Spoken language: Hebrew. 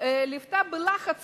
לוותה בלחץ